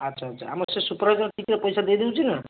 ଆଚ୍ଛା ଆଚ୍ଛା ଆମର ସେ ସୁପରଭାଇଜର୍ ଠିକ୍ରେ ପଇସା ଦେଇ ଦେଉଛି ନା